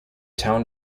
town